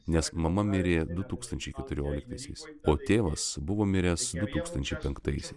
nes mama mirė du tūkstančiai keturioliktaisiais o tėvas buvo miręs du tūkstančiai penktaisiais